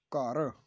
ਘਰ